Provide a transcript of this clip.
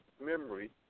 Memory